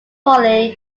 foley